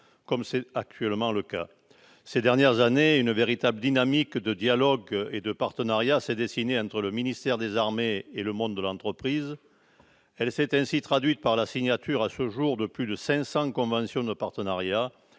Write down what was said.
comme c'est actuellement le cas. Ces dernières années, une véritable dynamique de dialogue et de partenariat s'est dessinée entre le ministère des armées et le monde de l'entreprise. Elle s'est traduite par la signature, à ce jour, de plus de 500 conventions de partenariat,